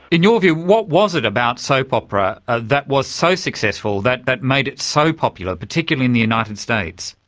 in your view, what was it about soap opera ah that was so successful, that that made it so popular, particularly in the united states?